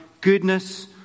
Goodness